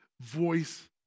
voice